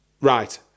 Right